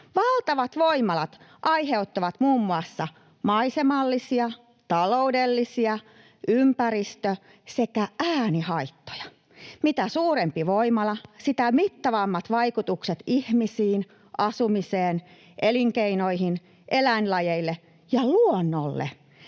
Valtavat voimalat aiheuttavat muun muassa maisemallisia, taloudellisia, ympäristö- sekä äänihaittoja. Mitä suurempi voimala, sitä mittavammat vaikutukset ihmisiin, asumiseen, elinkeinoihin, eläinlajeille ja luonnolle.